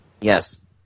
Yes